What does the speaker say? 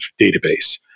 database